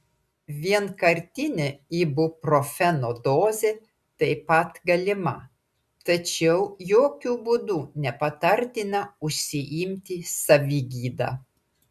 vienkartinė ibuprofeno dozė taip pat galima tačiau jokiu būdu nepatartina užsiimti savigyda